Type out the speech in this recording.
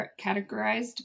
categorized